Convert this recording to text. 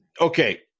Okay